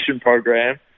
program